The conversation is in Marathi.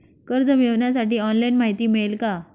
कर्ज मिळविण्यासाठी ऑनलाइन माहिती मिळेल का?